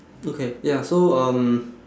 okay ya so um